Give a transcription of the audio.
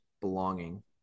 belonging